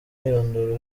umwirondoro